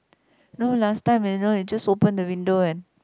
no last time manual just open the window and